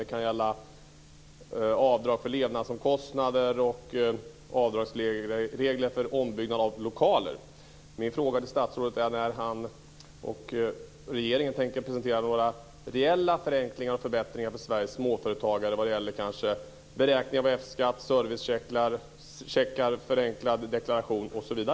Det kan gälla avdrag för levnadsomkostnader och avdragsregler för ombyggnad av lokaler. Min fråga till statsrådet är: När tänker regeringen presentera några reella förenklingar och förbättringar för Sveriges småföretagare? Det kan gälla beräkning av